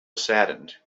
saddened